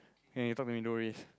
can talk to me no worries